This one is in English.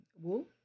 wool